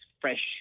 fresh